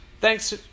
thanks